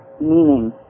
meaning